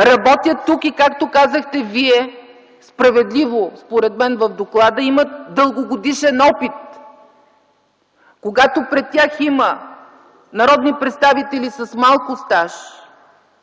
работят тук и както казахте вие, справедливо според мен в доклада, имат дългогодишен опит. Когато пред тях има народни представители с малко стаж,